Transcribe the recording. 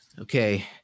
Okay